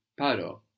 PARO